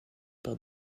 par